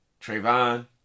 Trayvon